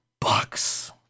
Bucks